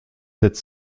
sept